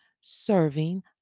serving